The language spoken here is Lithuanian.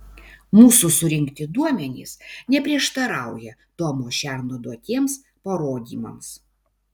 mūsų surinkti duomenys neprieštarauja tomo šerno duotiems parodymams